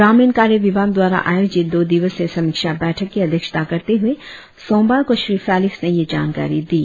ग्रामीण कार्य विभाग द्वारा आयोजित दो दिवसीय समीक्षा बैठक की अध्यक्षता करते हुए सोमवार को श्री फेलिक्स ने यह जानकारी दी